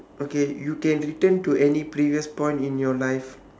okay you can return to any previous point in your life